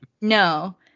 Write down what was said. No